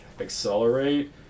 accelerate